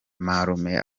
marume